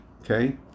okay